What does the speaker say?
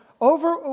over